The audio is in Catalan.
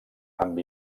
amb